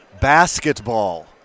basketball